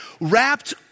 wrapped